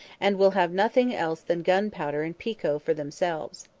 and will have nothing else than gunpowder and pekoe for themselves.